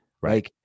Right